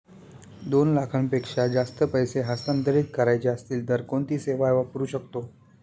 दोन लाखांपेक्षा जास्त पैसे हस्तांतरित करायचे असतील तर कोणती सेवा वापरू शकतो?